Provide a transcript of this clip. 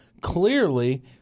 clearly